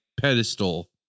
pedestal